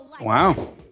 Wow